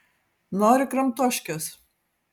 nori kramtoškės